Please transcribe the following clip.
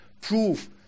prove